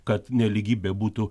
kad nelygybė būtų